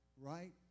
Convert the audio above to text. right